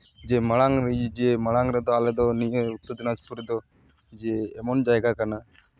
ᱡᱮ ᱢᱟᱲᱟᱝ ᱡᱮ ᱢᱟᱲᱟᱝ ᱨᱮᱫᱚ ᱟᱞᱮ ᱫᱚ ᱱᱤᱭᱟᱹ ᱩᱛᱛᱚᱨ ᱫᱤᱱᱟᱡᱽᱯᱩᱨ ᱨᱮᱫᱚ ᱡᱮ ᱮᱢᱚᱱ ᱡᱟᱭᱜᱟ ᱠᱟᱱᱟ